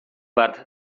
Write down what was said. bart